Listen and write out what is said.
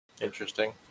Interesting